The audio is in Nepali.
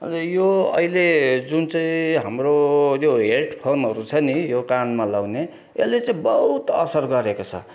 अनि यो अहिले जुन चाहिँ हाम्रो यो हेडफोनहरू छ नि यो कानमा लगाउने यसले चाहिँ बहुत असर गरेको छ